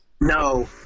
No